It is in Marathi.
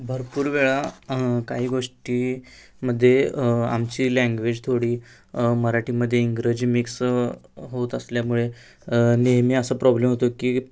भरपूर वेळा काही गोष्टी मध्ये आमची लँग्वेज थोडी मराठीमध्ये इंग्रजी मिक्स होत असल्यामुळे नेहमी असं प्रॉब्लेम होतो की